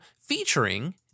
featuring